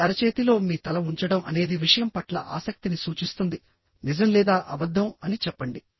మీ అరచేతిలో మీ తల ఉంచడం అనేది విషయం పట్ల ఆసక్తిని సూచిస్తుందినిజం లేదా అబద్ధం అని చెప్పండి